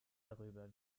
darüber